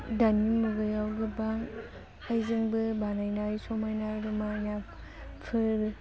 दानि मुगायाव गोबां आखाइजोंबो बानायनाय समायना रमायना फुल